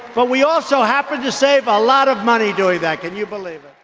but we also happen to save a lot of money doing that. can you believe it?